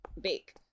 bake